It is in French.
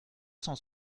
cent